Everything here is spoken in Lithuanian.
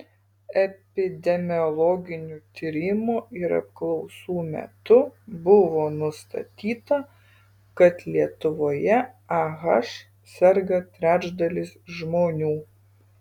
epidemiologinių tyrimų ir apklausų metu buvo nustatyta kad lietuvoje ah serga trečdalis žmonių